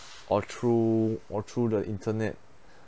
or through or through the internet